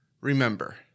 remember